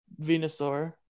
Venusaur